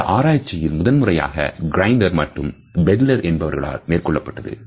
இந்த ஆராய்ச்சிபிக்சிஸ் முதன்முறையாக Grinder மற்றும் Bandler என்பவர்களால்மேற்கொள்ளப்பட்டது